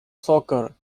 soccer